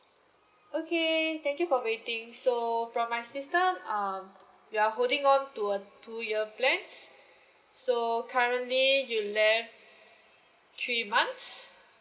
okay thank you for waiting so from my system um you are holding on to a two year plan so currently you left three months